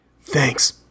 Thanks